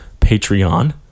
Patreon